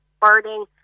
burning